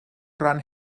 ran